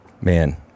Man